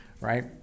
right